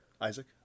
Isaac